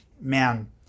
man